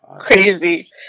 crazy